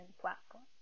platform